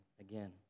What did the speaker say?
again